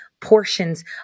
portions